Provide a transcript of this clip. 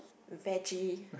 veggie